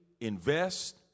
invest